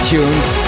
Tunes